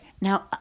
Now